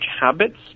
habits